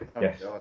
Yes